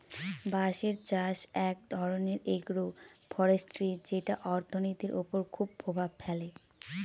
বাঁশের চাষ এক ধরনের এগ্রো ফরেষ্ট্রী যেটা অর্থনীতির ওপর খুব প্রভাব ফেলে